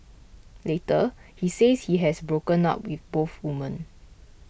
later he says he has broken up with both women